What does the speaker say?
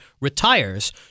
retires